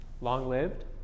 long-lived